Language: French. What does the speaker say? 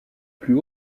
plus